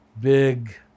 big